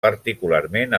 particularment